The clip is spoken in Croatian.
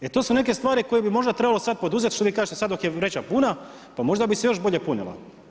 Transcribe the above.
Jer to su neke stvari koje bi možda trebalo sad poduzeti što vi kažete sada dok je vreća puna pa možda bi se još bolje punila.